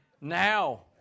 Now